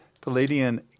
Palladian